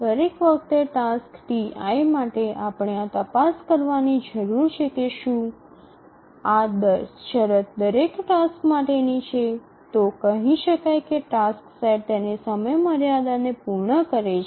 દરેક task Ti માટે આપણે આ તપાસ કરવાની જરૂર છે કે શું આ શરત દરેક ટાસ્ક માટેની છે તો તે કહી શકાય કે ટાસક્સ સેટ તેની સમયમર્યાદાને પૂર્ણ કરે છે